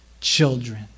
children